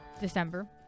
December